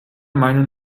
meinung